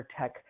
tech